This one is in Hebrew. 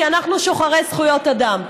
כי אנחנו שוחרי זכויות אדם.